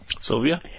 Sylvia